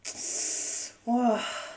!wah!